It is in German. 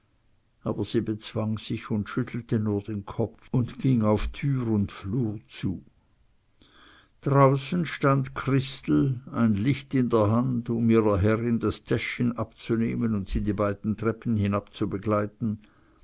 aber sie bezwang sich und schüttelte nur den kopf und ging auf tür und flur zu draußen stand christel ein licht in der hand um ihrer herrin das täschchen abzunehmen und sie die beiden treppen